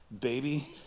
baby